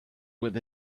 with